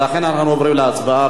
אנחנו עוברים להצבעה.